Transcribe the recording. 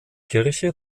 kirche